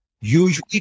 usually